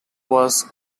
was